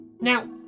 Now